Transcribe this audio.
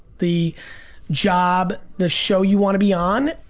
the job, the show you wanna be on,